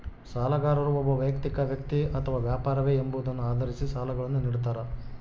ಸಾಲಗಾರರು ಒಬ್ಬ ವೈಯಕ್ತಿಕ ವ್ಯಕ್ತಿ ಅಥವಾ ವ್ಯಾಪಾರವೇ ಎಂಬುದನ್ನು ಆಧರಿಸಿ ಸಾಲಗಳನ್ನುನಿಡ್ತಾರ